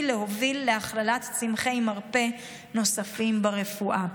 להוביל להכללת צמחי מרפא נוספים ברפואה.